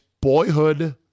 boyhood